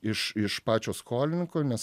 iš iš pačio skolininko nes